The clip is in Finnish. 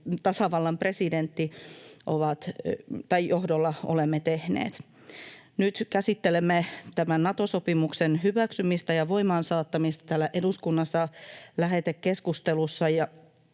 tasavallan presidentin johdolla olemme tehneet. Nyt käsittelemme tämän Nato-sopimuksen hyväksymistä ja voimaansaattamista täällä eduskunnassa lähetekeskustelussa,